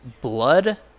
Blood